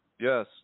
Yes